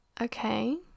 Okay